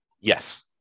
yes